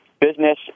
business